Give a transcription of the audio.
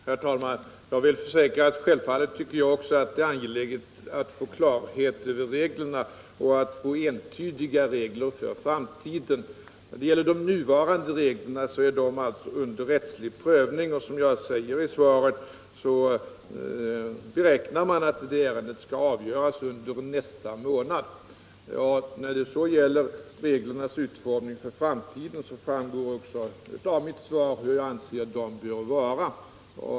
Herr talman! Jag vill försäkra att jag självfallet tycker att det är angeläget att få klarhet i reglerna och att få entydiga regler för framtiden. De nuvarande reglerna är alltså under rättslig prövning. Som jag säger i svaret beräknar man att det ärendet skall avgöras under nästa månad. Av mitt svar framgår hur jag anser att reglerna bör utformas för framtiden.